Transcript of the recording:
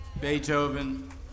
Beethoven